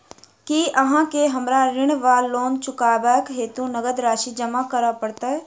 की अहाँ केँ हमरा ऋण वा लोन चुकेबाक हेतु नगद राशि जमा करऽ पड़त?